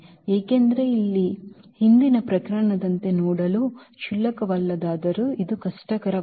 ಏಕೆಂದರೆ ಇಲ್ಲಿ ಹಿಂದಿನ ಪ್ರಕರಣದಂತೆ ನೋಡಲು ಕ್ಷುಲ್ಲಕವಲ್ಲವಾದರೂ ಇದು ಕಷ್ಟಕರವಲ್ಲ